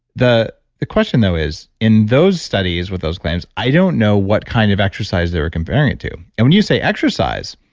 the the question though is, in those studies with those claims, i don't know what kind of exercise they're comparing it to. and when you say exercise,